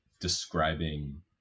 describing